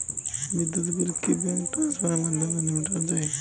বিদ্যুৎ বিল কি ব্যাঙ্ক ট্রান্সফারের মাধ্যমে মেটানো য়ায়?